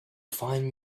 find